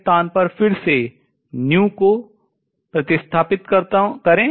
के स्थान पर फिर से को प्रतिस्थापित करें